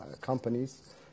companies